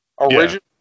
Original